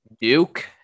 Duke